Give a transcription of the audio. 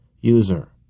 User